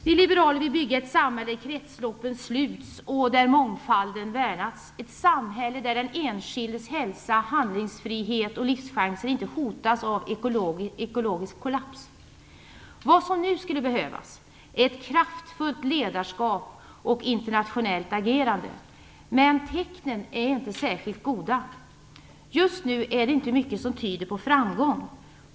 Vi liberaler vill bygga ett samhälle där kretsloppen sluts och där mångfalden värnas, ett samhälle där den enskildes hälsa, handlingsfrihet och livschanser inte hotas av ekologisk kollaps. Vad som nu skulle behövas är ett kraftfullt ledarskap och internationellt agerande, men tecknen är inte särskilt goda. Just nu är det inte mycket som tyder på framgång.